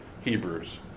Hebrews